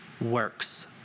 works